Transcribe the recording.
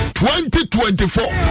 2024